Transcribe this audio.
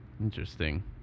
Interesting